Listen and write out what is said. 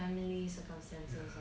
family circumstances ah